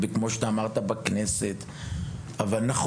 אבל כמו שאמרו בהתחלה וזה נכון,